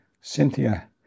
Cynthia